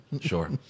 Sure